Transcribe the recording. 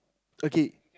okay